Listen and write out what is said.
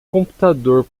computador